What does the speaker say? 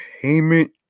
payment